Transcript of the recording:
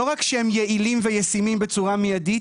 לא רק שהם יעילים וישימים בצורה מיידית,